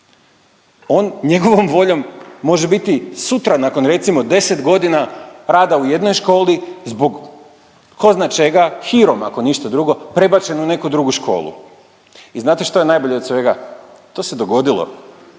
on njegovom voljom može biti sutra nakon recimo 10 godina rada u jednoj školi zbog tko zna čega, hirom ako ništa drugo prebačen u neku drugu školu. I znate što je najbolje od svega, to se dogodilo.